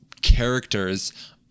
characters